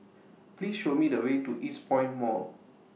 Please Show Me The Way to Eastpoint Mall